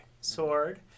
sword